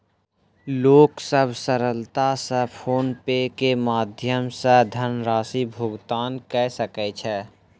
लोक सभ सरलता सॅ फ़ोन पे के माध्यम सॅ धनराशि भुगतान कय सकै छै